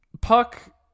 Puck